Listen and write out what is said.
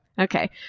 Okay